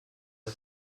der